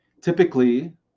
Typically